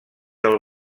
del